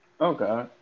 Okay